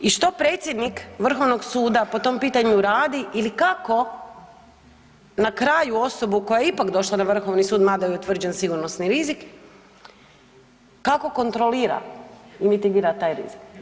I što predsjednik Vrhovnog suda po tom pitanju radi ili kako na kraju osobu koja je ipak došla na Vrhovni sud, mada joj je utvrđen sigurnosni rizi, kako kontrolira i mitigira taj rizik?